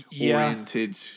oriented